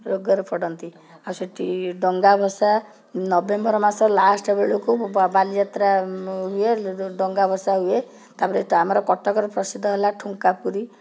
ରୋଗରେ ପଡ଼ନ୍ତି ଆଉ ସେଇଠି ଡଙ୍ଗା ଭସା ନଭେମ୍ବର ମାସ ଲାଷ୍ଟେ ବେଳକୁ ବାଲିଯାତ୍ରା ଇଏ ଡଙ୍ଗା ଭସା ହୁଏ ତାପରେ ତ ଆମର କଟକରେ ପ୍ରସିଦ୍ଧ ହେଲା ଠୁଙ୍କା ପୁରି